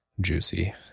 juicy